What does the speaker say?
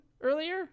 earlier